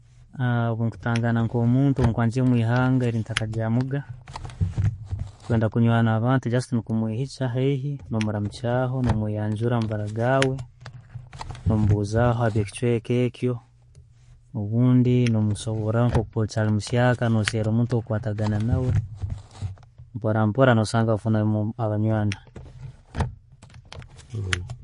Bwenkutagana nko muntu kuba ngya omwihanga lyentakagyamuga nkwenda kunywani abantu na just kumwehikya haigi, no muramukyaho, no mweyanjura amabara gaawe, no mubuzaho ekichweke ekyo orbundi no musoboraho nko okyali muyaka no sera omuntu wo kwatagana nawe mpora mpora no sanga wafunamu abanjwani.